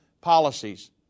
policies